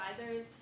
advisors